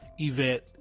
event